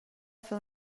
fer